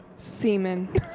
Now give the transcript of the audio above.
Semen